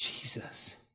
jesus